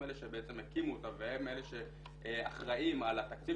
הם אלה שהקימו אותה והם אלה שאחראים על התקציב